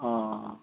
अह